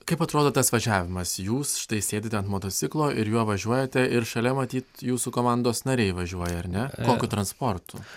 kaip atrodo tas važiavimas jūs štai sėdite ant motociklo ir juo važiuojate ir šalia matyt jūsų komandos nariai važiuoja ar ne kokiu transportu